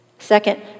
Second